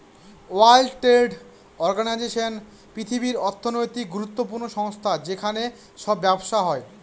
world Trade Organization পৃথিবীর অর্থনৈতিক গুরুত্বপূর্ণ সংস্থা যেখানে সব ব্যবসা হয়